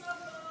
ישראבלוף.